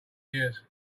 years